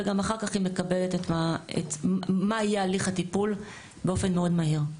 וגם אחר כך היא מקבלת את מה היה הליך הטיפול באופן מאוד מהיר.